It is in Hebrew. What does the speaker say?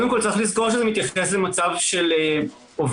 צריך לזכור שזה מתייחס למצב של עובד,